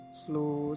slow